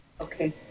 Okay